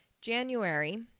January